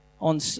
on